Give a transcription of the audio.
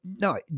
no